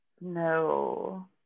no